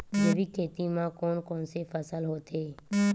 जैविक खेती म कोन कोन से फसल होथे?